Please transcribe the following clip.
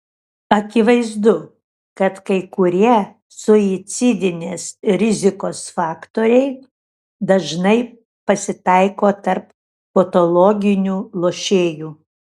akivaizdu kad kai kurie suicidinės rizikos faktoriai dažnai pasitaiko tarp patologinių lošėjų